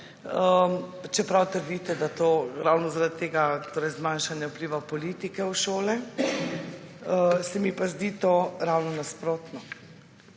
čeprav trdite da to ravno zaradi tega, torej zmanjšanja vpliva politike v šole. Se mi pa zdi to ravno nasprotno.